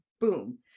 boom